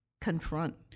confront